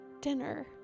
dinner